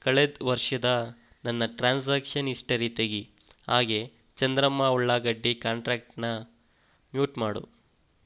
ಕಳೆದ ವರ್ಷದ ನನ್ನ ಟ್ರಾನ್ಸಾಕ್ಷನ್ ಇಸ್ಟರಿ ತೆಗಿ ಹಾಗೇ ಚಂದ್ರಮ್ಮ ಉಳ್ಳಾಗಡ್ಡಿ ಕಾಂಟ್ರ್ಯಾಕ್ಟ್ನ ಮ್ಯೂಟ್ ಮಾಡು